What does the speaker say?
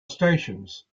stations